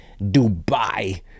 Dubai